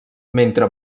mentre